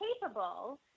capable